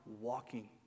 walking